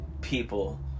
people